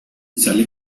sale